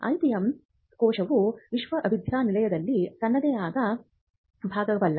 IPM ಕೋಶವು ವಿಶ್ವವಿದ್ಯಾನಿಲಯದಲ್ಲಿ ತನ್ನದೇ ಆದ ವಿಭಾಗವಲ್ಲ